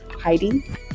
hiding